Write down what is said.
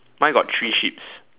mine got three sheeps